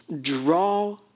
draw